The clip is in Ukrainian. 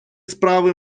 справи